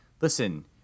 listen